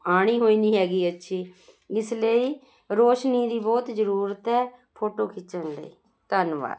ਆਉਣੀ ਹੀ ਨਹੀਂ ਹੈਗੀ ਅੱਛੀ ਇਸ ਲਈ ਰੋਸ਼ਨੀ ਦੀ ਬਹੁਤ ਜ਼ਰੂਰਤ ਹੈ ਫੋਟੋ ਖਿੱਚਣ ਲਈ ਧੰਨਵਾਦ